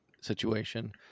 situation